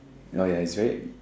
oh ya it's very